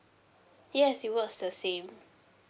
yes it was the same